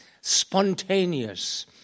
spontaneous